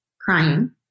crying